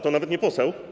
To nawet nie poseł?